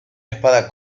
espada